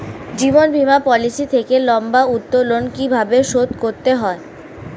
জীবন বীমা পলিসি থেকে লম্বা উত্তোলন কিভাবে শোধ করতে হয়?